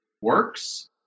works